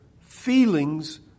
feelings